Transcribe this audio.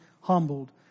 humbled